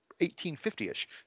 1850-ish